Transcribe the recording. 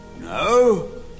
No